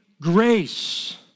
grace